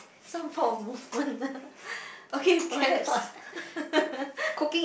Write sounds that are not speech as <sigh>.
some form of movement <noise> okay perhaps <laughs>